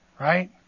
Right